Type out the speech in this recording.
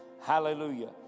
hallelujah